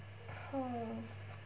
!huh!